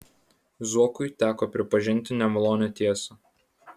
zuokui teko pripažinti nemalonią tiesą